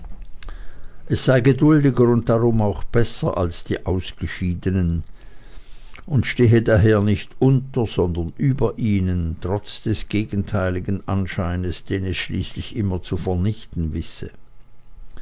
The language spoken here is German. es sei geduldiger und darum auch besser als die ausgeschiedenen und stehe daher nicht unter sondern über ihnen trotz des gegenteiligen anscheines den es schließlich immer zu vernichten wisse